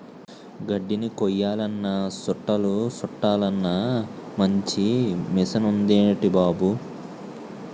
గడ్దిని కొయ్యాలన్నా సుట్టలు సుట్టలన్నా మంచి మిసనుందేటి బాబూ